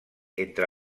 entre